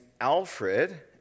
Alfred